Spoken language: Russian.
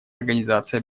организации